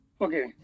okay